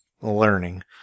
learning